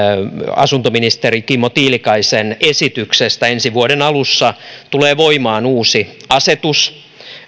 asuntoministeri kimmo tiilikaisen esityksestä ensi vuoden alussa tulee voimaan uusi asetus